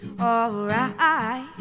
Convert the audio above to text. alright